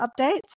updates